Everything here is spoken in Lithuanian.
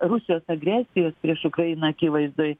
rusijos agresijos prieš ukrainą akivaizdoj